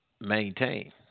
maintain